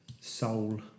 soul